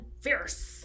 fierce